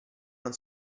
non